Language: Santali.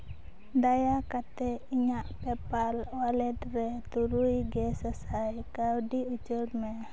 ᱫᱟᱭᱟ ᱠᱟᱛᱮᱫ ᱤᱧᱟᱹᱜ ᱯᱮᱯᱟᱞ ᱚᱣᱟᱞᱮᱴ ᱨᱮ ᱛᱩᱨᱩᱭ ᱜᱮ ᱥᱟᱥᱟᱭ ᱠᱟᱹᱣᱰᱤ ᱩᱪᱟᱹᱲ ᱢᱮ